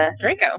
Draco